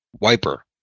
wiper